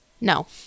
No